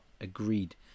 Agreed